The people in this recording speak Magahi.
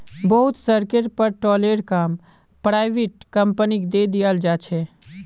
बहुत सड़केर पर टोलेर काम पराइविट कंपनिक दे दियाल जा छे